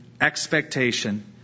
expectation